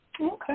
Okay